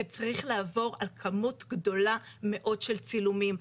כי צריך לעבור על כמות גדולה מאוד של צילומים,